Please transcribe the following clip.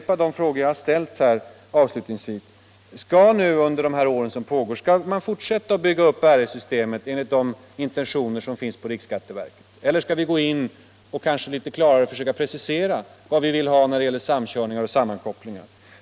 miska förhållan Jag vill avslutningsvis upprepa de frågor jag ställde här: Skall vi under — den de kommande åren fortsätta att bygga upp RS-systemet enligt de intentioner som finns på riksskatteverket eller skall vi gå in och klarare försöka precisera vad vi vill ha när det gäller samkörning och sammankopplingar?